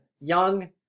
young